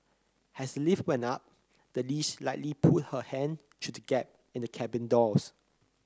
has the lift went up the leash likely pulled her hand through the gap in the cabin doors